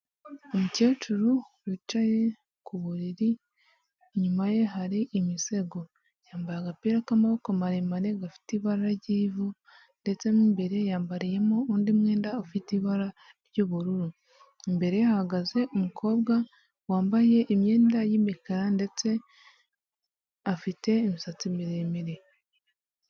Umukecuru wicaye ku buriri, inyuma ye hari imisego, yambaye agapira k'amaboko maremare gafite ibara ry'ivu ndetse mo imbere yambariyemo undi mwenda ufite ibara ry'ubururu, imbere ye hahagaze umukobwa wambaye imyenda y'imikara ndetse afite imisatsi miremire.